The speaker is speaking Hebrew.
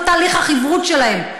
כל תהליך החִברות שלהם,